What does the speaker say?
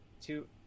two –